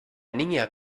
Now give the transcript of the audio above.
niña